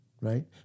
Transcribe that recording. right